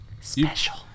Special